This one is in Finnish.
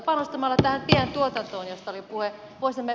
panostamalla tähän pientuotantoon josta oli puhe voisimme